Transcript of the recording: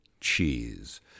cheese